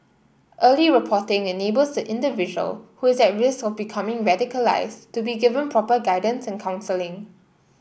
early reporting enables the individual who is at risk of becoming radicalised to be given proper guidance and counselling